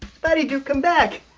patty duke come back